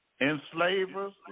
Enslavers